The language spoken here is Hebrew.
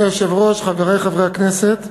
אדוני היושב-ראש, חברי חברי הכנסת,